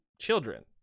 children